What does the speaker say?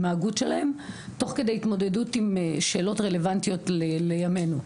עם ההגות שלהם תוך כדי התמודדות עם שאלות רלוונטיות לימנו,